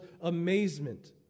amazement